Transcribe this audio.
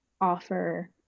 offer